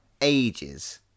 ages